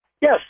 Yes